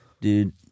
Dude